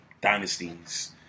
dynasties